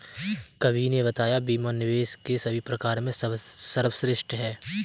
कवि ने बताया बीमा निवेश के सभी प्रकार में सर्वश्रेष्ठ है